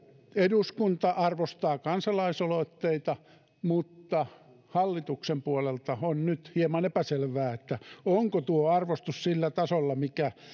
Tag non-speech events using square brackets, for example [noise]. eduskunta arvostaa kansalaisaloitteita mutta [unintelligible] hallituksen puolelta on nyt hieman epäselvää [unintelligible] onko tuo arvostus sillä tasolla mikä